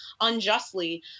unjustly